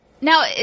Now